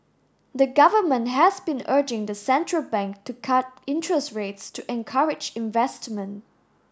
the government has been urging the central bank to cut interest rates to encourage investment